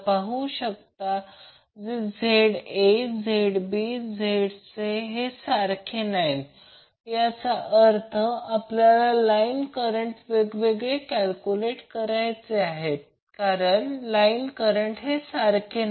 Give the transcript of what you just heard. या प्रकरणात जे घडले जे कधीकधी असेल म्हणजे करंट कॉइल एका फेजमधे टाकली पाहिजे आणि फेजर कॉइल इतर फेजमधे जोडली पाहिजे